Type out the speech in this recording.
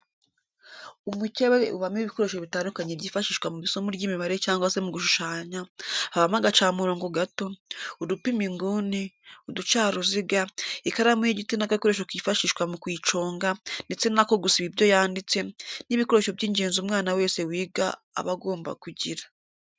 Umukebe ubamo ibikoresho bitandukanye byifashishwa mu isomo ry'imibare cyangwa se mu gushushanya, habamo agacamurongo gato, udupima inguni, uducaruziga, ikaramu y'igiti n'agakoresho kifashishwa mu kuyiconga ndetse n'ako gusiba ibyo yanditse, ni ibikoresho by'ingenzi umwana wese wiga aba agomba kugira.